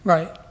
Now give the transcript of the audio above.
Right